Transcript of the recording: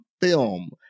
film